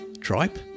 tripe